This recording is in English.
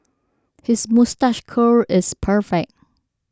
his moustache curl is perfect